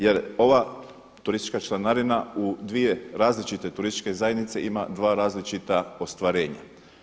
Jer ova turistička članarina u dvije različite turističke zajednice ima dva različita ostvarenja.